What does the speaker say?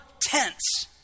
tents